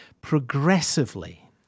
progressively